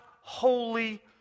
holy